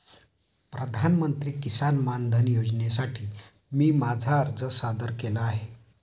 प्रधानमंत्री किसान मानधन योजनेसाठी मी माझा अर्ज सादर केला आहे